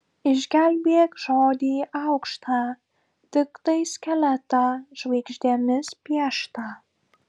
išgelbėk žodį aukštą tiktai skeletą žvaigždėmis pieštą